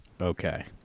Okay